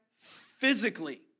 physically